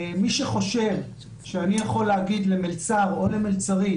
מי שחושב שאני יכול להגיד למלצר או למלצרית